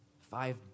Five